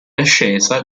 ascesa